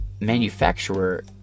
manufacturer